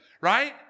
right